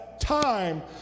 time